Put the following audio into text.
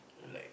like